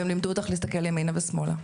והם לימדו אותך להסתכל ימינה ושמאלה.